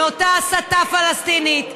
מאותה הסתה פלסטינית,